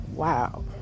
Wow